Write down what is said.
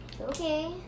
okay